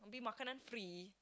abeh makanan free